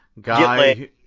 guy